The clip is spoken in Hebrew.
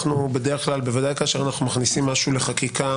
בדרך כלל ודאי כשאנו מכניסים משהו לחקיקה